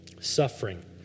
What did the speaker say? suffering